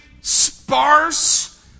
sparse